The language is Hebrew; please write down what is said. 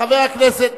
חבר הכנסת,